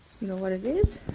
know what it is?